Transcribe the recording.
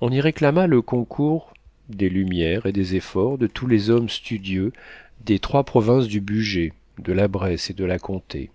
on y réclama le concours des lumières et des efforts de tous les hommes studieux des trois provinces du bugey de la bresse et de la comté